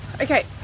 Okay